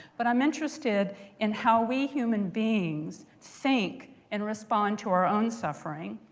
but i'm interested in how we human beings think and respond to our own suffering,